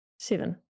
Seven